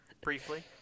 Briefly